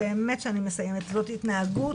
זו התנהגות,